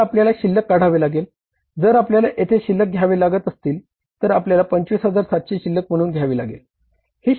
तर आपल्याला शिल्लक काढावे लागेल जर आपल्याला येथे शिल्लक घ्यावे लागत असतील तर आपल्याला 25700 शिल्लक म्हणून घ्यावी लागेल